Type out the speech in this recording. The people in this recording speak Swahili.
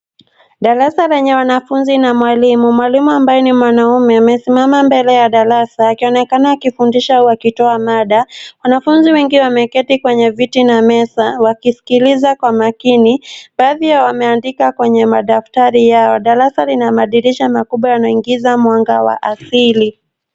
Darasa lenye wanafunzi na mwalimu. Mwalimu ambaye ni mwanamume amesimama mbele ya darasa akionekana akifundisha au akitoa mada. Wanafunzi wengi wameketi kwenye viti na meza wakisikiliza kwa makini. Baadhi yao wameandika kwenye madaftari yao. Darasa lina madirisha makubwa yanaingiza mwanga wa asili.